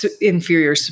inferior